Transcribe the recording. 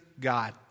God